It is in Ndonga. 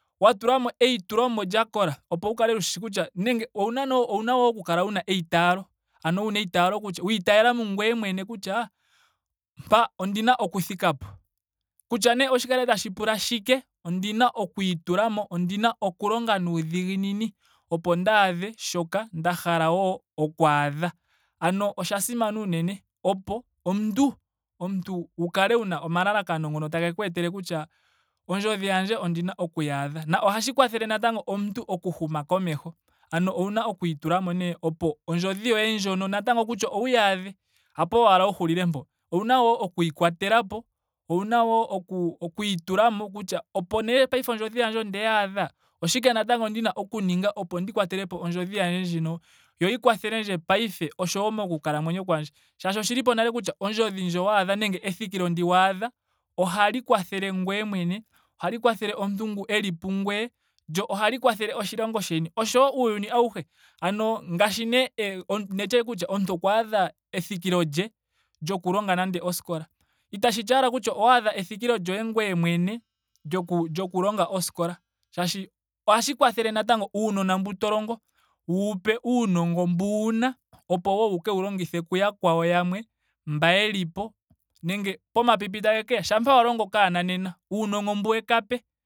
Otakeku wu longitha uuna takaka lalalekanena okwaadha ondjodhi yako ndjo. Natango uunongo mboka otakeku longitha okuwu pa yakwawo mboka taaka kala nayo nenge uunona mbo taka ka longa ngele oka tokola kutya otaka ka ninga omulongiskola. Ano osha simana unene oku adha nenge oku lalakanena ondjodhi yoye opo wu kale wushishi kutya owa thikama peni naamba yeku kundukidha oya thikama peni yeetwapo kondjodhi yoye nenge kethikilo lyoye. ethikilo lyoye ndi waadha olya kwathela shike kungweye mwene na olya kwathela shike monakuyiwa nenge moonkalamwenyo dhaantu ya yooloka.